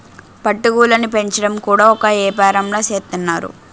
పట్టు గూళ్ళుని పెంచడం కూడా ఒక ఏపారంలా సేత్తన్నారు